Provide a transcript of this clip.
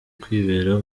kwibera